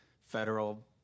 federal